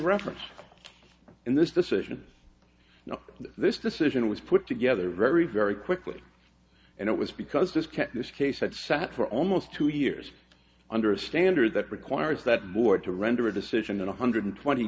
reference in this decision this decision was put together very very quickly and it was because this kept this case that sat for almost two years under a standard that requires that board to render a decision in one hundred twenty